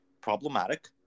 problematic